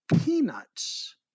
peanuts